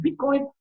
Bitcoin